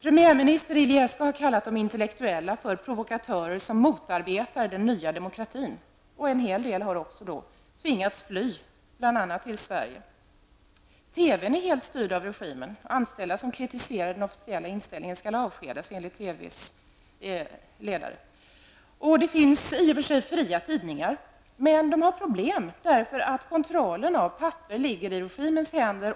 Premiärminister Iliescu har kallat de intellektuella för provokatörer som motarbetar den nya demokratin. En hel del har tvingats fly, bl.a. till TV-n är helt styrd av regimen. Anställda som kritiserar den officiella inställningen skall enligt Det finns i och för sig fria tidningar, men de har problem därför att kontrollen av papper ligger i regimens händer.